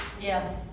Yes